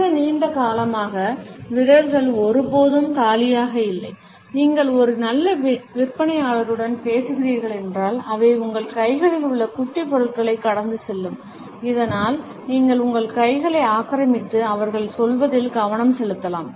மிக நீண்ட காலமாக விரல்கள் ஒருபோதும் காலியாக இல்லை நீங்கள் ஒரு நல்ல விற்பனையாளருடன் பேசுகிறீர்கள் என்றால் அவை உங்கள் கைகளில் உள்ள குட்டி பொருள்களைக் கடந்து செல்லும் இதனால் நீங்கள் உங்கள் கைகளை ஆக்கிரமித்து அவர்கள் சொல்வதில் கவனம் செலுத்தலாம்